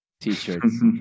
t-shirts